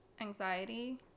anxiety